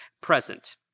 present